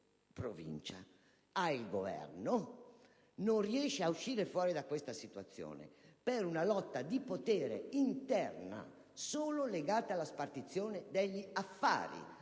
Provincia ed è al Governo, ma non riesce ad uscire da questa situazione per una lotta di potere interna, legata solo alla spartizione degli affari.